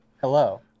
Hello